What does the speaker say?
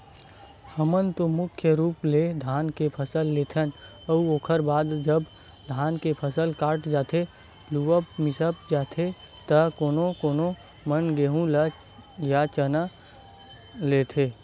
हमन तो मुख्य रुप ले धान के फसल लेथन अउ ओखर बाद जब धान के फसल कट जाथे लुवा मिसा जाथे त कोनो कोनो मन गेंहू या चना लेथे